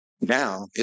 now